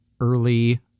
early